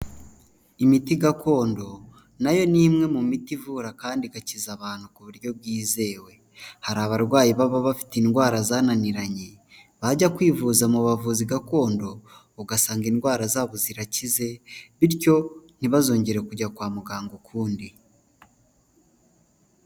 Imiti gakondo nayo ni imwe mu miti ivura kandi igakiza abantu ku buryo bwizewe; hari abarwayi baba bafite indwara zananiranye bajya kwivuza mu bavuzi gakondo ugasanga indwara zabo zirakize bityo ntibazongere kujya kwa muganga ukundi.